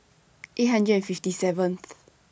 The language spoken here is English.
eight hundred and fifty seventh